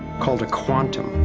called a quantum,